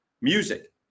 music